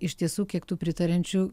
iš tiesų kiek tų pritariančių